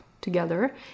together